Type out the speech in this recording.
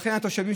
לכן התושבים,